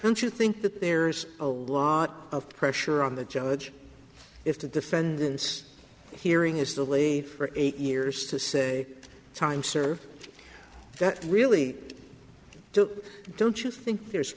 don't you think that there's a lot of pressure on the judge if the defendant's hearing is the leave for eight years to say time served that really took don't you think there's